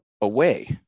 away